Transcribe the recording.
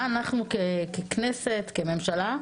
מה אנחנו ככנסת, כממשלה,